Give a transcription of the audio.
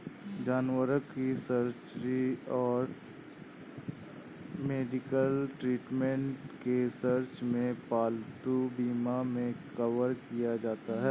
जानवरों की सर्जरी और मेडिकल ट्रीटमेंट के सर्च में पालतू बीमा मे कवर किया जाता है